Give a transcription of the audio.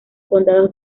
condados